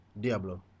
Diablo